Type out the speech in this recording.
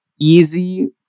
easy